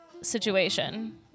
situation